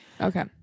Okay